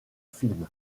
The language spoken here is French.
film